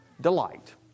delight